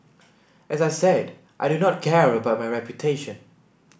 as I said I do not care about my reputation